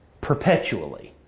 perpetually